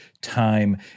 time